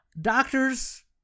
Doctors